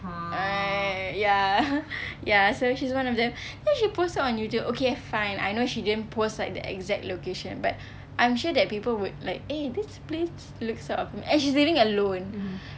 right ya ya so she's one of them then she posted on youtube okay fine I know she didn't post like the exact location but I'm sure that people would like eh this place looks sort of and she's living alone